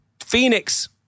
Phoenix